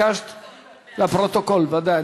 ודאי,